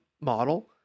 model